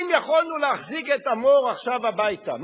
אם יכולנו להחזיר את אמור עכשיו הביתה,